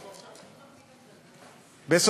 פה, ביניהם הם לא הגיעו להסכמות.